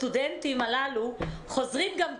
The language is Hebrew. הסטודנטים הללו חוזרים גם כן,